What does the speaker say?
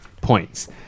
points